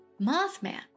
Mothman